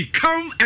come